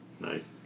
Nice